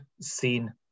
seen